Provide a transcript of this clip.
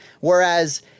Whereas